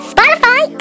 Spotify